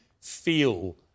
feel